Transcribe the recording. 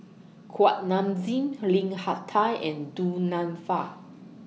Kuak Nam Jin Lim Hak Tai and Du Nanfa